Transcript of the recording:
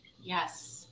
Yes